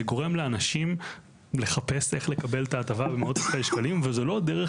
זה גורם לאנשים לחפש איך לקבל את ההטבה במאות אלפי שקלים וזו לא דרך